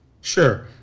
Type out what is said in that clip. sure